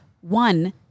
one